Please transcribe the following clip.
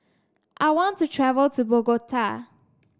I want to travel to Bogota